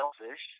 selfish